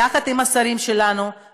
יחד עם השרים שלנו,